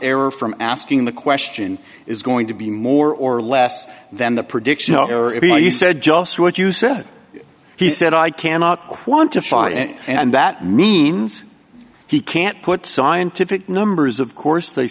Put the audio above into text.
error from asking the question is going to be more or less than the prediction or if you said just what you said he said i cannot quantify it and that means he can't put scientific numbers of course they